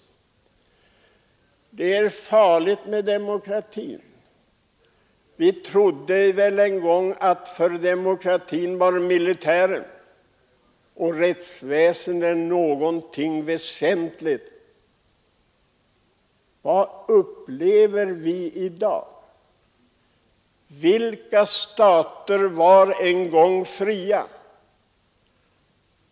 Det är farligt med demokratin. Vi trodde väl en gång att för demokratin var militären och rättsväsendet ett väsentligt skydd. Vad upplever vi i dag? Vilka stater var en gång fria?